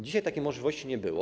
Dzisiaj takiej możliwości nie było.